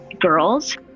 girls